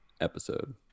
episode